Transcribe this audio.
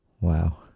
Wow